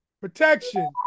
Protection